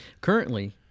Currently